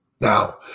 Now